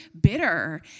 bitter